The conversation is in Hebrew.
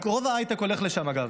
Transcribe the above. רוב ההייטק הולך לשם, אגב.